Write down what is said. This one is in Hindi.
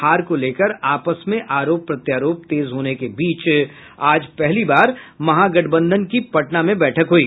हार को लेकर आपस में आरोप प्रत्यारोप तेज होने के बीच आज पहली बार पटना में बैठक हुई